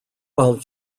while